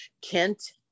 Kent